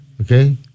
okay